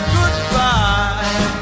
goodbye